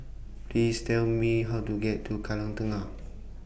Please Tell Me How to get to Kallang Tengah